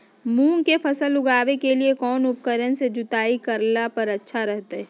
मूंग के फसल लगावे के समय कौन उपकरण से जुताई करला पर अच्छा रहतय?